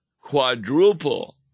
quadruple